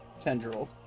tendril